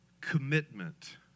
commitment